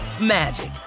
magic